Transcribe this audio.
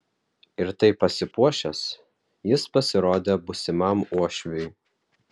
ir taip pasipuošęs jis pasirodė būsimam uošviui